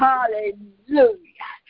Hallelujah